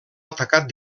atacat